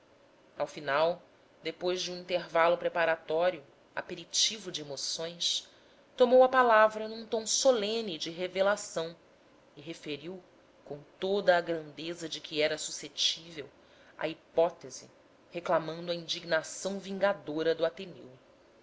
ao final depois de um intervalo preparatório aperitivo de emoções tomou a palavra num tom solene de revelação e referiu com toda a grandeza de que era suscetível a hipótese reclamando a indignação vingadora do ateneu